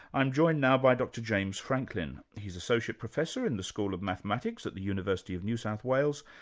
i'm joined now by dr james franklin. he's associate professor in the school of mathematics at the university of new south wales,